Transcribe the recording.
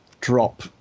drop